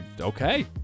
Okay